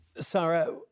Sarah